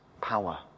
power